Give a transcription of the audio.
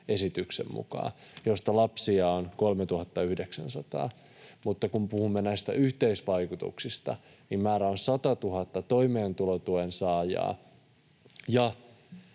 esityksen mukaan — joista lapsia on 3 900. Mutta kun puhumme näistä yhteisvaikutuksista, niin määrä on 100 000 toimeentulotuen saajaa, ja